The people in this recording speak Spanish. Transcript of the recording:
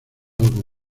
como